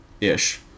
Ish